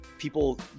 People